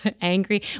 Angry